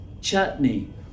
chutney